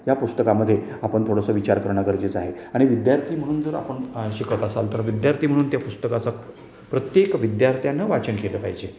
या पुस्तकामध्ये आपण थोडंसं विचार करणं गरजेचं आहे आणि विद्यार्थी म्हणून जर आपण शिकत असाल तर विद्यार्थी म्हणून त्या पुस्तकाचं प्रत्येक विद्यार्थ्यांने वाचन केलं पाहिजे